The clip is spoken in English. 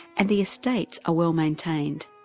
and the estates are well maintained,